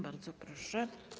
Bardzo proszę.